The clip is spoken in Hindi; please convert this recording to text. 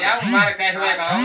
यू.पी.आई का खाता कैसे खोलें?